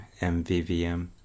MVVM